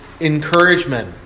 encouragement